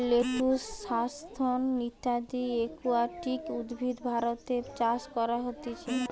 lettuce, hyacinth ইত্যদি aquatic উদ্ভিদ ভারতে চাষ করা হতিছে